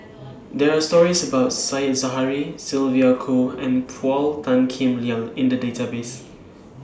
There Are stories about Said Zahari Sylvia Kho and Paul Tan Kim Liang in The Database